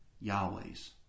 Yahweh's